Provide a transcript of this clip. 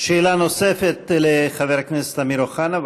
שאלה נוספת לחבר הכנסת אמיר אוחנה.